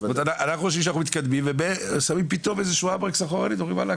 אנחנו חושבים שאנחנו מתקדמים ובעצם חוזרים אחורה ומגיעים לאפס,